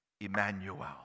Emmanuel